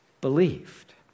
believed